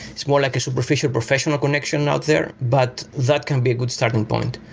it's more like a superficial professional connection out there, but that can be a good starting point.